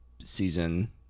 season